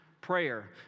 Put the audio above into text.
prayer